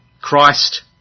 Christ